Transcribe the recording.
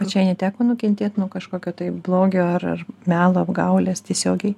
pačiai neteko nukentėt nuo kažkokio taip blogio ar ar melo apgaulės tiesiogiai